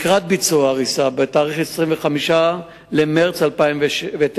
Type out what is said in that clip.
לקראת ביצוע ההריסה, בתאריך 25 במרס 2009,